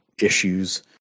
issues